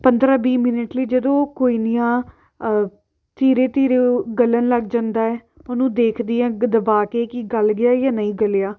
ਪੰਦਰਾਂ ਵੀਹ ਮਿੰਟ ਲਈ ਜਦੋਂ ਕੋਈਨੀਆ ਧੀਰੇ ਧੀਰੇ ਉਹ ਗਲ਼ਣ ਲੱਗ ਜਾਂਦਾ ਹੈ ਉਹਨੂੰ ਦੇਖਦੀ ਹਾਂ ਦਬਾ ਕੇ ਕੀ ਗਲ਼ ਗਿਆ ਜਾਂ ਨਹੀਂ ਗਲ਼ਿਆ